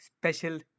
special